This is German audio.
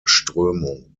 strömung